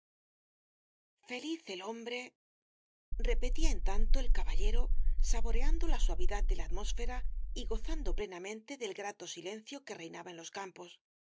feliz el hombre repetía en tanto el caballero saboreando la suavidad de la atmósfera y gozando plenamente del grato silencio que reinaba en los campos